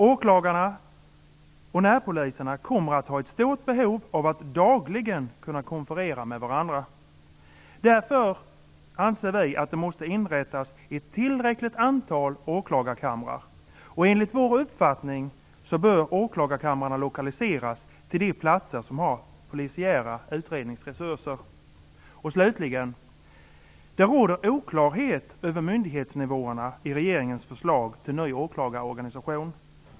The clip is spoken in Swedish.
Åklagarna och närpoliserna kommer att ha ett stort behov av att dagligen kunna konferera med varandra. Därför anser vi att det måste inrättas ett tillräckligt antal åklagarkamrar. Enligt vår uppfattning bör åklagarkamrarna lokaliseras till de platser som har polisiära utredningsresurser. Slutligen: Det råder oklarhet över myndighetsnivåerna i regeringens förslag till ny åklagarorganisation.